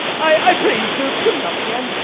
i pray you, sir, put it up again.